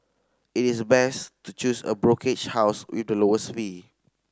it is best to choose a brokerage house with the lowest fee